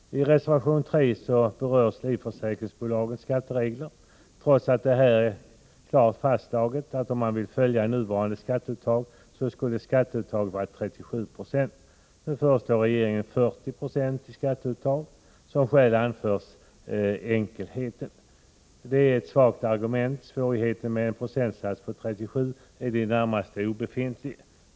I reservation 3 berörs livförsäkringsbolagens skatteregler. Trots att det här är klart fastslaget att skatteuttaget skulle vara 37 96, om man vill följa nuvarande skatteregler, föreslår regeringen 40 90 i skatteuttag. Som skäl anförs enkelheten. Det är ett svagt argument. Svårigheten med en procentsats på 37 är i det närmaste obefintlig.